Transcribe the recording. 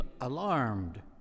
alarmed